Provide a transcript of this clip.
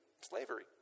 slavery